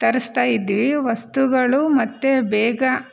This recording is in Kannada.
ತರಿಸ್ತಾಯಿದ್ವಿ ವಸ್ತುಗಳು ಮತ್ತೆ ಬೇಗ